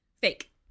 Fake